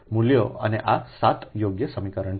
મૂલ્યો અને આ 7 યોગ્ય સમીકરણ છે